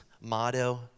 motto